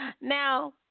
now